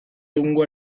egungo